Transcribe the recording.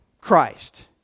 Christ